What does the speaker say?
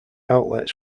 outlets